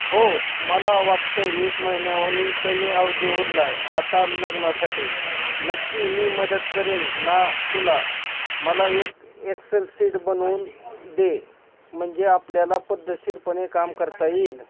हो मला वाटतं एक महिन्याहूनही कमी अवधी उरला आहे आता लग्नासाठी नक्की मी मदत करेन ना तुला मला एक एक्सेल सीट बनवून दे म्हणजे आपल्याला पद्धतशीरपणे काम करता येईल